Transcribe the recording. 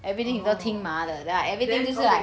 orh and then okay